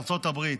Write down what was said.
ארצות הברית,